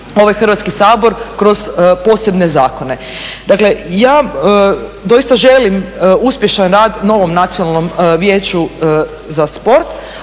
ovaj Hrvatski sabor kroz posebne zakone. Dakle, ja doista želim uspješan rad novom Nacionalnom vijeću za sport